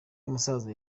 umusaza